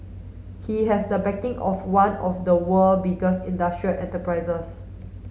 he has the backing of one of the world biggest industrial enterprises